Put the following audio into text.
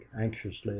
anxiously